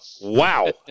wow